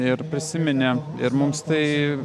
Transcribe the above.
ir prisiminė ir mums tai